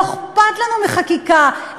לא אכפת לנו מחקיקה,